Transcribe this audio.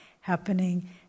happening